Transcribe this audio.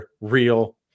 real